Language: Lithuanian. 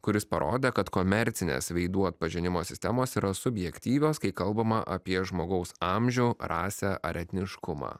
kuris parodė kad komercinės veidų atpažinimo sistemos yra subjektyvios kai kalbama apie žmogaus amžių rasę ar etniškumą